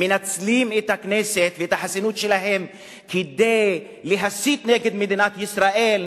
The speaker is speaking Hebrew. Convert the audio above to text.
מנצלים את הכנסת ואת החסינות שלהם כדי להסית נגד מדינת ישראל,